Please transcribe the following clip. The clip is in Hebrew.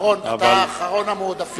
אתה הרי אחרון המועדפים.